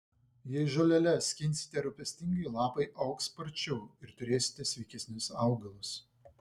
jei žoleles skinsite rūpestingai lapai augs sparčiau ir turėsite sveikesnius augalus